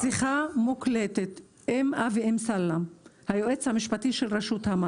שיחה מוקלטת עם אבי אמסלם, היועץ המשפטי של תאגיד